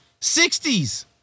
60s